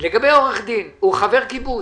לגבי עורך-דין הוא חבר קיבוץ.